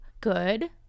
good